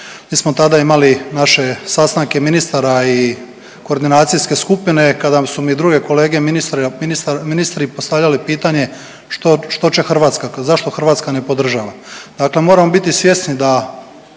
Mi smo tada imali naše sastanke ministara i koordinacijske skupine kada su mi druge kolege ministri postavljali pitanje što će Hrvatska, zašto Hrvatska ne podržava? Dakle, moramo biti svjesni da